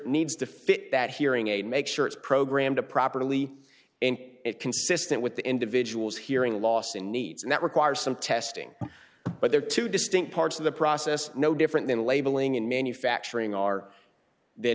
needs to fit that hearing aid make sure it's programmed to properly and it consistent with the individual's hearing loss in needs and that requires some testing but there are two distinct parts of the process no different than labeling in manufacturing are th